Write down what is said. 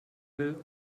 will